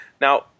Now